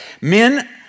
Men